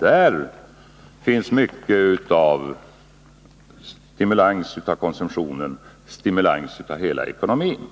Där fanns mycket av stimulans av konsumtionen, stimulans av hela ekonomin.